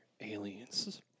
Aliens